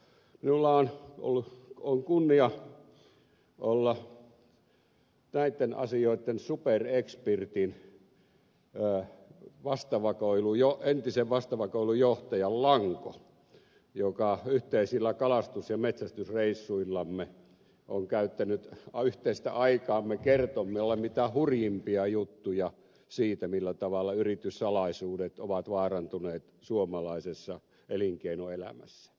minulla on kunnia olla näitten asioitten superekspertin entisen vastavakoilun johtajan lanko joka yhteisillä kalastus ja metsästysreissuillamme on käyttänyt yhteistä aikaamme kertomalla mitä hurjimpia juttuja siitä millä tavalla yrityssalaisuudet ovat vaarantuneet suomalaisessa elinkeinoelämässä